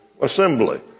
assembly